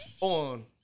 on